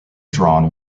drawn